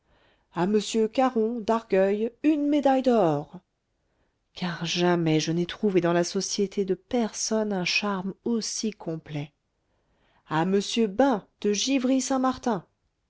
à m caron d'argueil une médaille d'or car jamais je n'ai trouvé dans la société de personne un charme aussi complet à m bain de